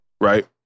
right